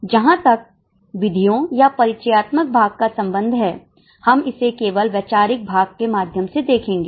जहां तक विधियों या परिचयात्मक भाग का संबंध है हम इसे केवल वैचारिक भाग के माध्यम से देखेंगे